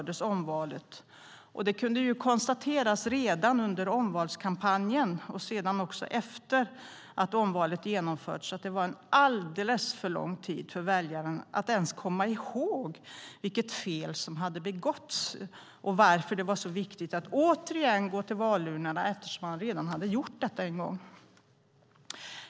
Det kunde konstateras redan under omvalskampanjen, och sedan efter att omvalet genomförts, att det var en alldeles för lång tid för att väljaren ens skulle kunna komma ihåg vilket fel som hade begåtts och varför det var så viktigt att återigen gå till valurnorna. De hade ju redan gjort detta en gång.